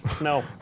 No